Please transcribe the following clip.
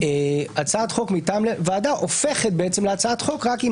הצעת חוק מטעם ועדה הופכת להצעת חוק רק אם